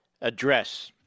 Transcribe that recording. address